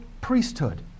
priesthood